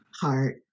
heart